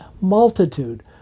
multitude